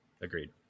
Agreed